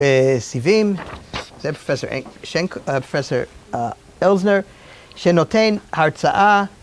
‫בסיבים, זה פרופ' אלזנר, ‫שנותן הרצאה...